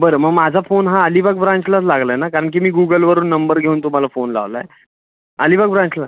बरं मग माझा फोन हा अलिबाग ब्रांचलाच लागला आहे ना कारण की मी गुगलवरून नंबर घेऊन तुम्हाला फोन लावला आहे अलीबाग ब्रांचला